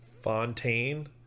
Fontaine